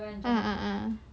ah a'ah